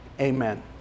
Amen